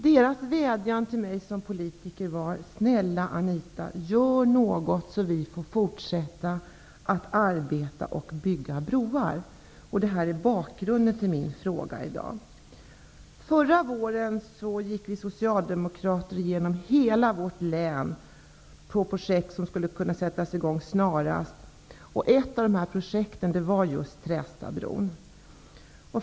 Brobyggarnas vädjan till mig som politiker var: ''Snälla Anita, gör någonting så att vi får fortsätta att arbeta och bygga broar!'' Detta är bakgrunden till min fråga i dag. Förra våren gick vi socialdemokrater igenom alla projekt i vårt län som skulle kunna sättas i gång snarast. Ett av dessa projekt var just Trästabron.